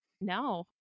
no